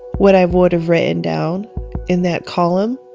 what i would have written down in that column